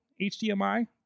HDMI